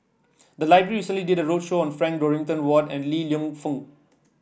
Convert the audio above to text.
the library recently did a roadshow on Frank Dorrington Ward and Li Lienfung